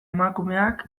emakumeak